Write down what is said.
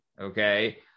Okay